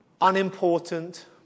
unimportant